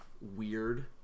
weird